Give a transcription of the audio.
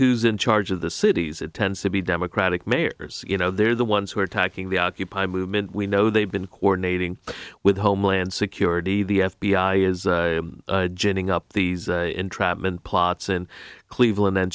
who's in charge of the cities it tends to be democratic mayors you know they're the ones who are attacking the occupy movement we know they've been coordinating with homeland security the f b i is ginning up these entrapment plots in cleveland